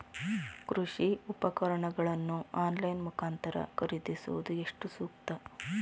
ಕೃಷಿ ಉಪಕರಣಗಳನ್ನು ಆನ್ಲೈನ್ ಮುಖಾಂತರ ಖರೀದಿಸುವುದು ಎಷ್ಟು ಸೂಕ್ತ?